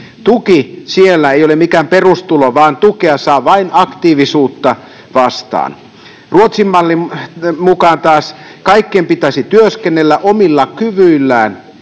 Tuki siellä ei ole mikään perustulo vaan tukea saa vain aktiivisuutta vastaan. Ruotsin mallin mukaan taas kaikkien pitäisi työskennellä omilla kyvyillään